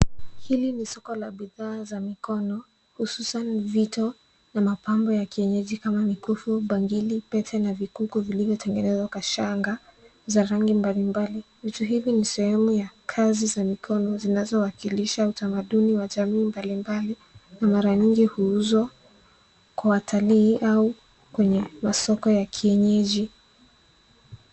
Hili ni soko la bidhaa za mikono hususan vito na mapambo ya kienyeji kama mikufu, bangili pete na vikuku vilivyotengenezwa kwa shanga za rangi mbalimbali. Vitu hivi ni sehemu ya kazi za mikono zinazowakilisha utamaduni wa chaguo mbalimbali na mara nyingi huuzwa kwa watali au kwenye masoko ya kienyeji.